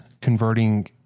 converting